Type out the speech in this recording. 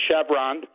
Chevron